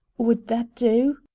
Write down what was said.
would that do?